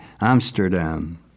Amsterdam